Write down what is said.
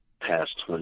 past